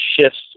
shifts